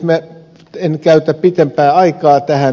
minä en käytä pidempää aikaa tähän